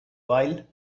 while